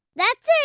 that's it.